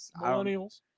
Millennials